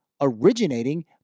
originating